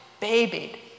babied